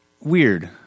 weird